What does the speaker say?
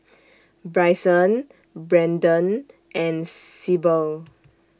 Bryson Branden and Syble